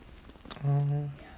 orh